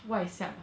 外向 ah